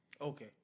Okay